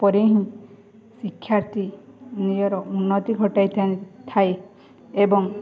ପରେ ହିଁ ଶିକ୍ଷାର୍ଥୀ ନିଜର ଉନ୍ନତି ଘଟାଇ ଥାଇଁ ଥାଏ ଏବଂ